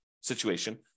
situation